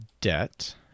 debt